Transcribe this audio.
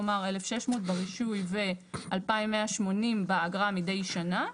כלומר 1,600 ברישוי ו-2,180 באגרה מידי שנה,